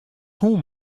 hûn